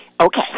Okay